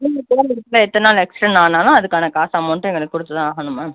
நீங்கள் போகிற இடத்துல எத்தனை நாள் எக்ஸ்டெண்ட் ஆனாலும் அதுக்கான காசு அமௌன்ட்டு எங்களுக்கு கொடுத்து தான் ஆகணும் மேம்